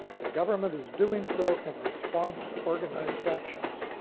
the government is doing so in response to organized factions.